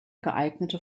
geeignete